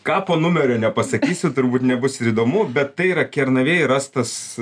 kapo numerio nepasakysiu turbūt nebus ir įdomu bet tai yra kernavėj rastas